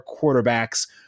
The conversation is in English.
quarterbacks